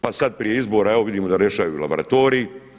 Pa sada prije izbora evo vidimo da rješavaju labaratorji.